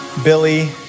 Billy